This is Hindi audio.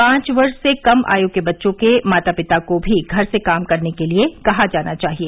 पाँच वर्ष से कम आयु के बच्चों के माता पिता को भी घर से काम करने के लिए कहा जाना चाहिए